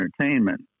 Entertainment